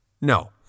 No